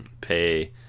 pay